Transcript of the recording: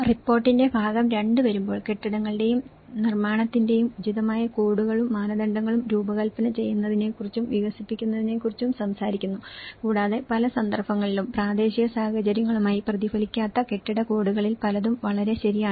റിപ്പോർട്ടിന്റെ ഭാഗം 2 വരുമ്പോൾ കെട്ടിടങ്ങളുടെയും നിർമ്മാണത്തിന്റെയും ഉചിതമായ കോഡുകളും മാനദണ്ഡങ്ങളും രൂപകൽപ്പന ചെയ്യുന്നതിനെക്കുറിച്ചും വികസിപ്പിക്കുന്നതിനെക്കുറിച്ചും സംസാരിക്കുന്നു കൂടാതെ പല സന്ദർഭങ്ങളിലും പ്രാദേശിക സാഹചര്യങ്ങളുമായി പ്രതിഫലിക്കാത്ത കെട്ടിട കോഡുകളിൽ പലതും വളരെ ശരിയാണ്